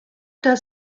does